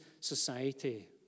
society